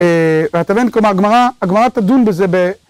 ואתה מבין, כלומר, הגמרא, הגמרא תדון בזה ב...